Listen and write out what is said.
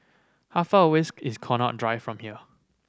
how far away is Connaught Drive from here